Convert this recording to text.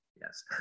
Yes